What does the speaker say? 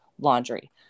laundry